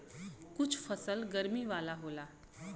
कुछ फसल गरमी वाला होला